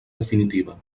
definitiva